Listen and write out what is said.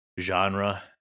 genre